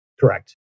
Correct